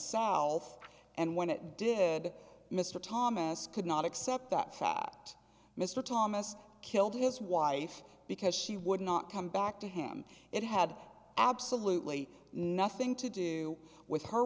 south and when it did mr thomas could not accept that fact mr thomas killed his wife because she would not come back to him it had absolutely nothing to do with her